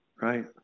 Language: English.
right